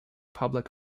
public